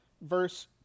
verse